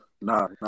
nah